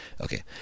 okay